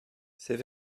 c’est